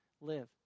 live